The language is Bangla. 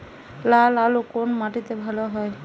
লাল আলু কোন মাটিতে ভালো হয়?